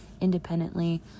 independently